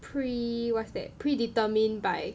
pre what's that pre-determined by